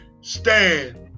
stand